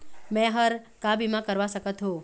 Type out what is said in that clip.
मैं हर का बीमा करवा सकत हो?